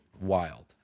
wild